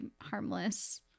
harmless